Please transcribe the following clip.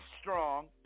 strong